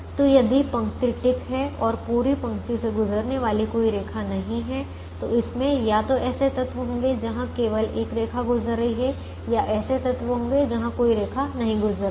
तो यदि पंक्ति टिक है और पूरी पंक्ति से गुजरने वाली कोई रेखा नहीं है तो इसमें या तो ऐसे तत्व होंगे जहां केवल एक रेखा गुजर रही है या ऐसे तत्व होंगे जहां कोई रेखा नहीं गुजर रही